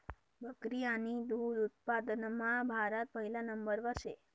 बकरी आणि दुध उत्पादनमा भारत पहिला नंबरवर शे